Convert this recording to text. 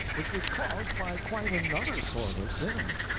which was caused by quite another sort of sin.